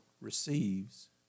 receives